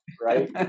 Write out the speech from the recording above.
right